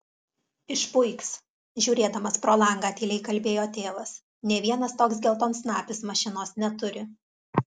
išpuiks žiūrėdamas pro langą tyliai kalbėjo tėvas nė vienas toks geltonsnapis mašinos neturi